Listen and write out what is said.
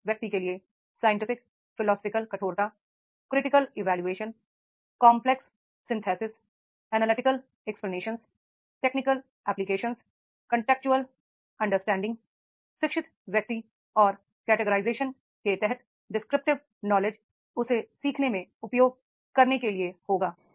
शिक्षित व्यक्ति के लिए साइंटिफिक फिलोसोफर कठोरता critical evaluation complex synthesis analytical explanation technical application contextual शिक्षित व्यक्ति और कैटिगराइजेशन के तहत डिस्क्रिप्टिव नॉलेज उसे सीखने में उपयोग करने के लिए होगा